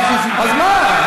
אז מה?